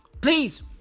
Please